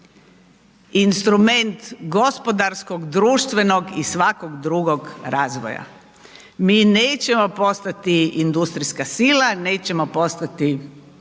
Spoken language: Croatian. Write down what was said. instrument gospodarskog, društvenog i svakog drugog razvoja. Mi nećemo postati industrijska sila, nećemo postati